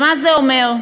מה זה אומר?